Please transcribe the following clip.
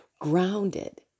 grounded